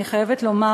אני חייבת לומר.